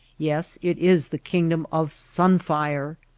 yes it is the kingdom of sun-fire.